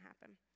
happen